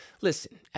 listen